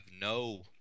no